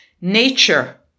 nature